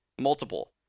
Multiple